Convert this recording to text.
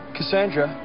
Cassandra